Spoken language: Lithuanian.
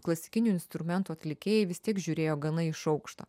klasikinių instrumentų atlikėjai vis tiek žiūrėjo gana iš aukšto